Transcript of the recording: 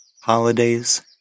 holidays